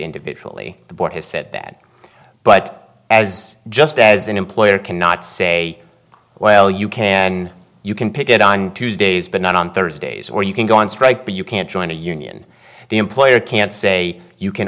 individually the board has said that but as just as an employer cannot say well you can you can pick it up on tuesdays but not on thursdays or you can go on strike but you can't join a union the employer can't say you can